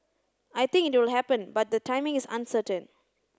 I think it will happen but the timing is uncertain